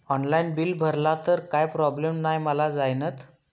Online bill भरला तर काय प्रोब्लेम नाय मा जाईनत?